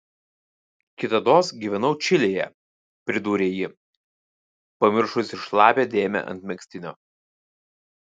kitados gyvenau čilėje pridūrė ji pamiršusi šlapią dėmę ant megztinio